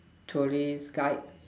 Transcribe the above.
tourist guide